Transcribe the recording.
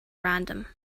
random